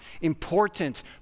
Important